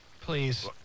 please